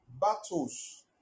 Battles